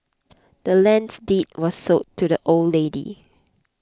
the land's deed was sold to the old lady